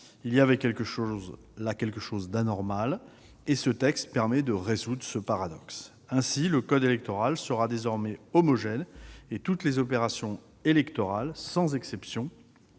Il y avait là quelque chose d'anormal et la proposition de loi permet de résoudre ce paradoxe. Ainsi, le code électoral sera désormais homogène et toutes les opérations électorales, sans exception,